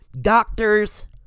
doctors